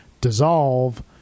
dissolve